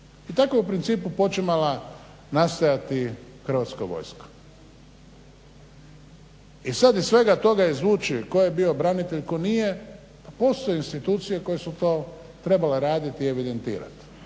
I tako je u principu počinjala nastajati Hrvatska vojska. I sad iz svega toga izvući tko je bio branitelj, tko nije pa postoje institucije koje su to trebale raditi i evidentirati.